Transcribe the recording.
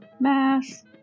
mass